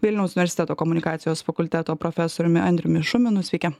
vilniaus universiteto komunikacijos fakulteto profesoriumi andriumi šuminu sveiki